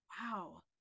Wow